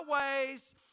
ways